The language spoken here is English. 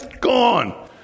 gone